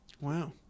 Wow